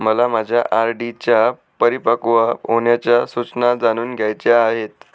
मला माझ्या आर.डी च्या परिपक्व होण्याच्या सूचना जाणून घ्यायच्या आहेत